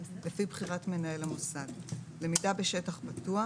לפי בחירת מנהל המוסד: למידה בשטח פתוח.